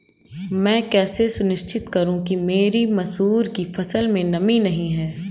मैं कैसे सुनिश्चित करूँ कि मेरी मसूर की फसल में नमी नहीं है?